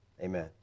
Amen